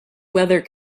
weather